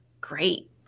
great